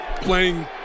playing